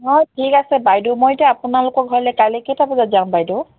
অঁ ঠিক আছে বাইদেউ মই এতিয়া আপোনালোকৰ ঘৰলৈ কাইলৈ কেইটা বজাত যাম বাইদেউ